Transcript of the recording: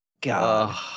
God